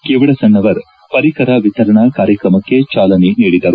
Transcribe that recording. ಕಿವಡಸಣ್ಣವರ್ ಪರಿಕರ ವಿತರಣಾ ಕಾರ್ಯಕ್ರಮಕ್ಕೆ ಚಾಲನೆ ನೀಡಿದರು